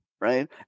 right